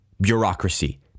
bureaucracy